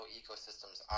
ecosystems